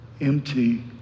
empty